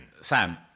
sam